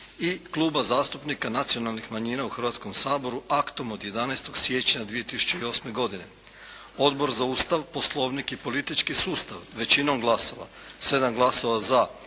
i Kluba zastupnika nacionalnih manjina u Hrvatskom saboru aktom od 11. siječnja 2008. godine. Odbor za Ustav, poslovnik i politički sustav većinom glasova sa 7 glasova za,